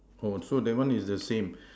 oh so that one is the same